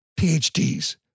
PhDs